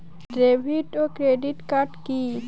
David ও credit card কি?